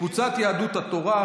קבוצת סיעת יהדות התורה,